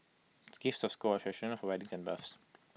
gifts of gold are for weddings and births